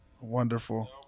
Wonderful